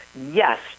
Yes